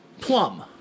plum